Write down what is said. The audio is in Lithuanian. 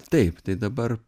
taip tai dabar